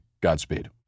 Godspeed